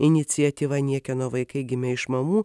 iniciatyva niekieno vaikai gimė iš mamų